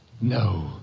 No